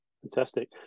fantastic